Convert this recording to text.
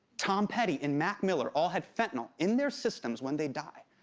tom petty and mac miller all had fentanyl in their systems when they died.